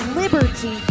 liberty